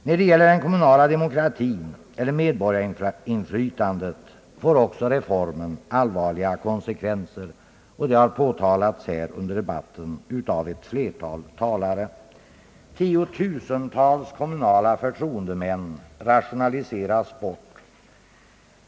När det gäller den kommunala demokratin eller medborgarinflytandet får också reformen allvarliga konsekvenser. Det har framhållits av flera talare här under debatten. Tiotusentals kommunala förtroendemän rationaliseras bort.